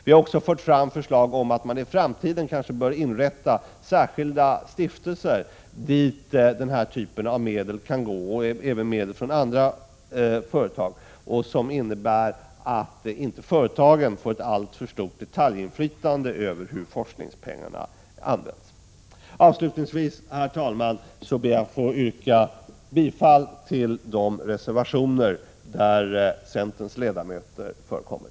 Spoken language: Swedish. Vi har också fört fram förslag om att man bör överväga att inrätta särskilda stiftelser dit denna typ av medel liksom medel från andra företag kan gå, vilket skulle motverka att företagen får ett alltför stort detaljinflytande över hur forskningspengarna används. Avslutningsvis, herr talman, ber jag att få yrka bifall till de reservationer där centerns ledamöter förekommer.